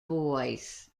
boys